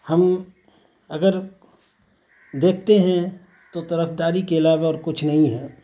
ہم اگر دیکھتے ہیں تو طرفداری کے علاوہ اور کچھ نہیں ہے